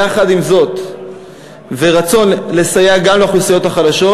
יחד עם רצון לסייע גם לאוכלוסיות החלשות,